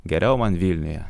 geriau man vilniuje